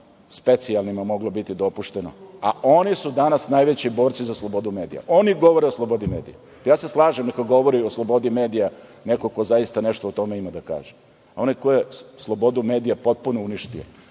specijalnima je moglo biti dopušteno, a oni su danas najveći borci za slobodu medija, oni govore o slobodi medija. Slažem se, neka govore i o slobodi medija neko ko zaista o tome ima da kaže, onaj koji je slobodu medija potpuno uništio,